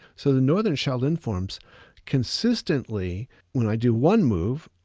so the northern shaolin forms consistently when i do one move,